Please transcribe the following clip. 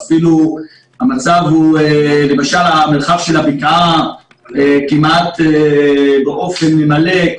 אפילו מרחב הבקעה כמעט באופן מלא,